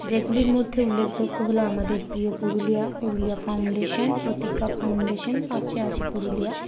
যেগুলির মধ্যে উল্লেখযোগ্য হল আমাদের প্রিয় পুরুলিয়া পুরুলিয়া ফাউন্ডেশান প্রতিজ্ঞা ফাউন্ডেশান পাশে আছি পুরুলিয়া